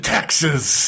Texas